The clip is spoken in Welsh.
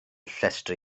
llestri